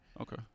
Okay